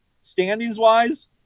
Standings-wise